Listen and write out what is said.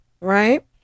right